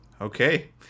Okay